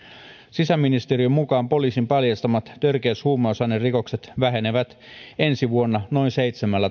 sisäministeriön mukaan poliisin paljastamat törkeät huumausainerikokset vähenevät ensi vuonna noin seitsemällä